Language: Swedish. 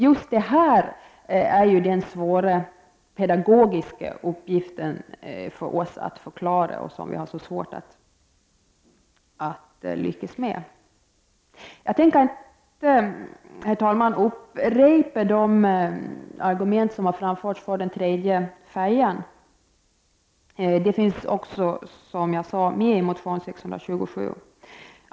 Just det här är den svåra pedagogiska uppgiften för oss att förklara, en uppgift som vi har så svårt att lyckas med. Jag skall inte, herr talman, upprepa de argument som framförts för den tredje färjelinjen. De finns också, som jag sade, med i motionen T627.